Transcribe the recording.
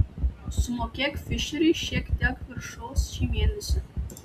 sumokėk fišeriui šiek tiek viršaus šį mėnesį